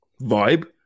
vibe